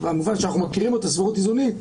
במובן שאנחנו מכירים את סבירות האיזונים,